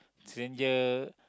stranger